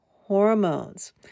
hormones